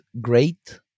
great